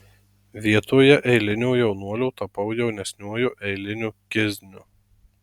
vietoje eilinio jaunuolio tapau jaunesniuoju eiliniu kizniu